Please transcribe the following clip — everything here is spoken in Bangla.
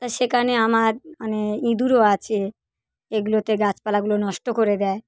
তা সেখানে আমার মানে ইঁদুরও আছে এগুলোতে গাছপালাগুলো নষ্ট করে দেয়